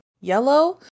Yellow